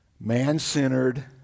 man-centered